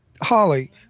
Holly